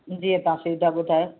जी असां